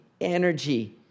energy